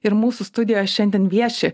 ir mūsų studijoj šiandien vieši